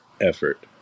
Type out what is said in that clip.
effort